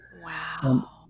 Wow